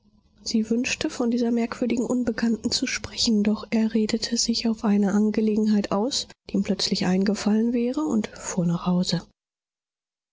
sie wünschte von dieser merkwürdigen unbekannten zu sprechen doch er redete sich auf eine angelegenheit aus die ihm plötzlich eingefallen wäre und fuhr nach hause